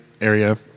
area